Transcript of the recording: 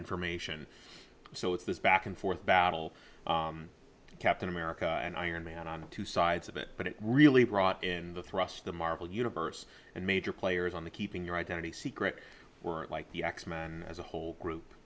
information so it's this back and forth battle captain america and iron man on the two sides of it but it really brought in the thrust of the marvel universe and major players on the keeping your identity secret we're like the x men as a whole group